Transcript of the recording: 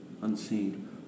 unseen